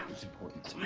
it's important.